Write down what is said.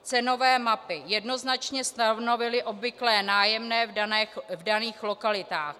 Cenové mapy jednoznačně stanovily obvyklé nájemné v daných lokalitách.